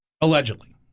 allegedly